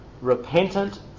repentant